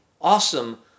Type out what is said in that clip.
awesome